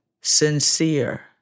sincere